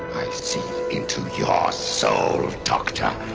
i see into your soul, doctor.